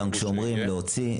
גם כשאומרים 'להוציא',